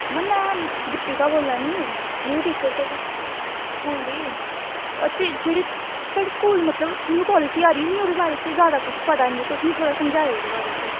में ना दीपिका बोला नी टीचर थुआढ़े स्कूल दी ओह् जेह्ड़ी जिसी न्यू एजूकेशन पॉलिसी दे बारै च पता निं तुस मिगी थोह्ड़ा समझायो एह्दे बारै च